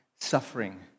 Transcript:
suffering